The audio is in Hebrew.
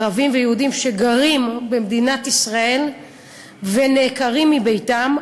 ערבים ויהודים, שגרים במדינת ישראל ונעקרים מביתם.